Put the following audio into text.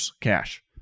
cash